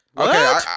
Okay